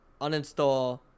uninstall